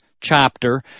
chapter